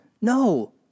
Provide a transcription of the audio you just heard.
No